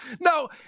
No